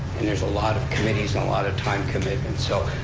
and there's a lot of committees and a lot of time commitment, so,